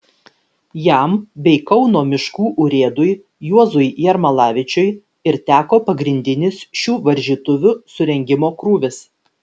jam bei kauno miškų urėdui juozui jermalavičiui ir teko pagrindinis šių varžytuvių surengimo krūvis